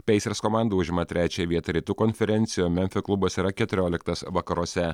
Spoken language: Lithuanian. peisers komanda užima trečią vietą rytų konferencijoje memfio klubas yra keturioliktas vakaruose